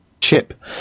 chip